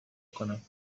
کنم